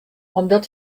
omdat